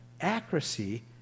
accuracy